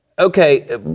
Okay